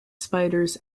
spiders